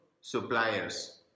suppliers